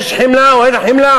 יש חמלה או אין חמלה?